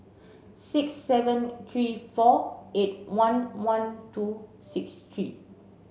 six seven three four eight one one two six three